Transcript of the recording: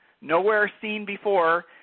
nowhere-seen-before